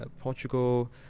Portugal